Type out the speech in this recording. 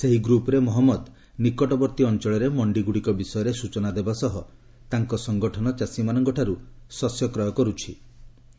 ସେହି ଗ୍ରୁପ୍ରେ ମହମ୍ମଦ ନିକଟବର୍ତ୍ତୀ ଅଞ୍ଚଳରେ ମଣ୍ଡିଗ୍ରଡ଼ିକ ବିଷୟରେ ସ୍ଚଚନା ଦେବା ସହ ତାଙ୍କ ସଙ୍ଗଠନ ଚାଷୀମାନଙ୍କଠାର୍ତ୍ ଶସ୍ୟ କ୍ରୟ କର୍ତ୍ଥି